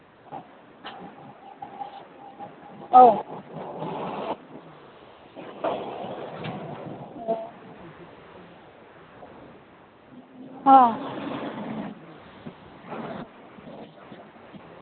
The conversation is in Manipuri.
ꯑꯧ ꯑꯣ ꯑ